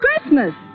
Christmas